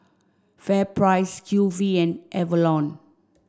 FairPrice Q V and Avalon